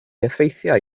effeithiau